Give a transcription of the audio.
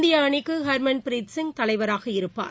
இந்தியஅணிக்குஹாமன் ப்ரீத் சிங் தலைவராக இருப்பார்